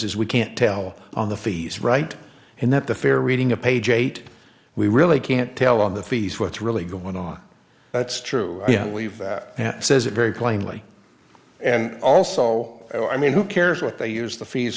this is we can't tell on the fees right in that the fair reading of page eight we really can't tell on the fees what's really going on that's true yeah leave that and says it very plainly and also i mean who cares what they use the fees